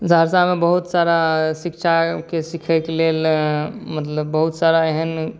सहरसामे बहुत सारा शिक्षाकेँ सीखयके लेल मतलब बहुत सारा एहन